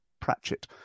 Pratchett